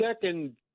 second